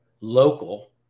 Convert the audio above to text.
local